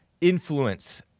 influence